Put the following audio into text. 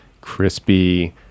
crispy